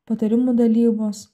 patarimų dalybos